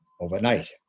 overnight